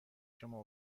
شما